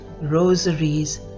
rosaries